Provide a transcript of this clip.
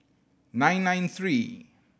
nine nine three